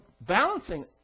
balancing